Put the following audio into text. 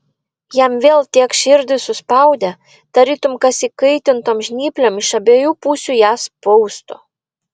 jam vėl tiek širdį suspaudė tarytum kas įkaitintom žnyplėm iš abiejų pusių ją spaustų